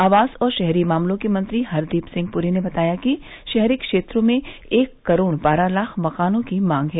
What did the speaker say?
आवास और शहरी मामलों के मंत्री हरदीप सिंह पुरी ने बताया कि शहरी क्षेत्रों में एक करोड़ बारह लाख मकानों की मांग है